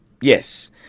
yes